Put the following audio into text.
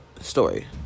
story